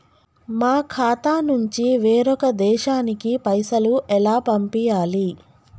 మా ఖాతా నుంచి వేరొక దేశానికి పైసలు ఎలా పంపియ్యాలి?